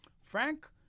Frank